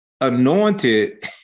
anointed